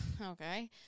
Okay